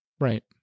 Right